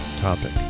topic